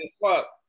fuck